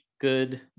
good